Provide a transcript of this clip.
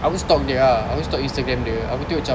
aku stalk dia ah aku stalk Instagram dia tengok cam